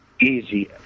Easy